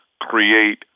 create